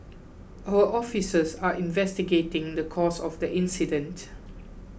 our officers are investigating the cause of the incident